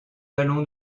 allons